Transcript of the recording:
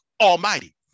almighty